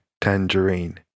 Tangerine